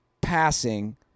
passing